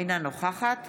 אינה נוכחת